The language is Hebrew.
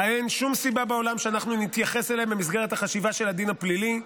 אין שום סיבה בעולם שאנחנו נתייחס אליהם במסגרת החשיבה של הדין הפלילי.